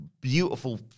beautiful